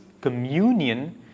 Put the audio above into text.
communion